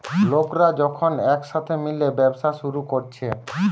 লোকরা যখন একসাথে মিলে ব্যবসা শুরু কোরছে